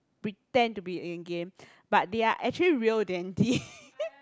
pretend to be in a game but they are actually real dainty